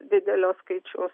didelio skaičiaus